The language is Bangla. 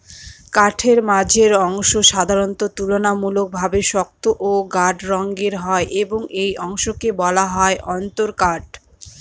কাঠের মাঝের অংশ সাধারণত তুলনামূলকভাবে শক্ত ও গাঢ় রঙের হয় এবং এই অংশকে বলা হয় অন্তরকাঠ